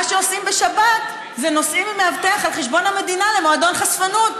מה שעושים בשבת זה נוסעים עם מאבטח על חשבון המדינה למועדון חשפנות.